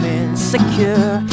insecure